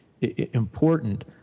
important